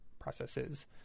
processes